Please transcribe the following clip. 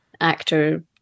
actor